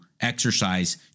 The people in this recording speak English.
exercise